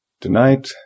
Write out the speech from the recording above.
Tonight